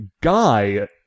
Guy